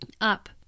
up